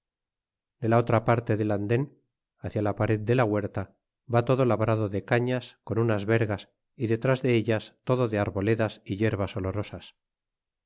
de e la otra parto del anden deja la pared de la huerta va todo la brado de cañas con unas vergas y tras de ellas todo de arboledas y yerbas olorosas